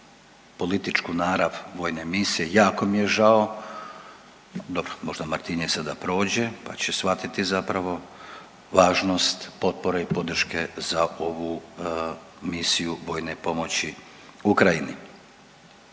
političku narav vojne misije, jako mi je žao. Dobro možda Martinje sada prođe, pa će shvatiti zapravo važnost potpore i podrške za ovu misiju vojne pomoći Ukrajini.